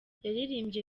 yaririmbye